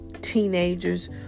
teenagers